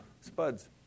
spuds